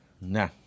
Nah